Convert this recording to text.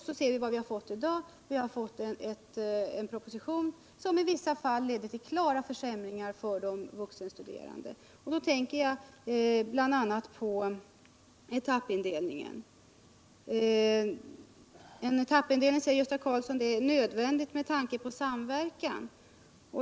Nu ser vi vad vi har fått: en proposition som i vissa fall leder till klara försämringar för de vuxenstuderande. Då tänker 13 jag bl.a. på etappindelningen. En etappindelning, säger Gösta Karlsson, är nödvändig med tanke på samverkan.